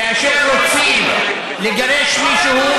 כאשר רוצים לגרש מישהו,